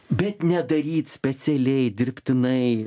bet nedaryt specialiai dirbtinai